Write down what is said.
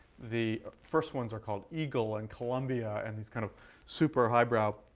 the first ones are called eagle and colombia and these kind of super high-brow,